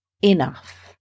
enough